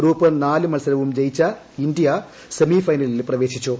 ഗ്രൂപ്പിലെ നാല് മത്സരവും ജയിച്ച ഇന്ത്യ സെമി ഫൈനലിൽ പ്രവേശിച്ചു